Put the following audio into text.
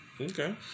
Okay